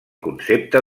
concepte